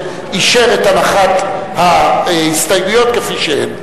אישר את הנחת ההסתייגויות כפי שהן.